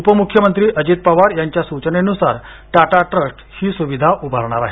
उपमुख्यमंत्री अजित पवार यांच्या सुचनेनुसार टाटा ट्रस्ट ही सुविधा उभारणार आहे